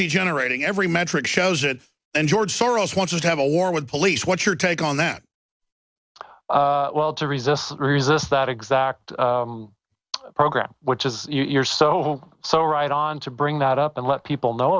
degenerating every metric shows it and george soros wants you to have a war with police what's your take on that well to resist resist that exact program which is you're so so right on to bring that up and let people know